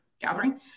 gathering